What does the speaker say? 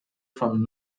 from